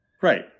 Right